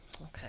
Okay